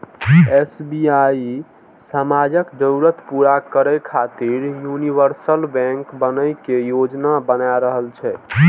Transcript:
SBI समाजक जरूरत पूरा करै खातिर यूनिवर्सल बैंक बनै के योजना बना रहल छै